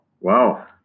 Wow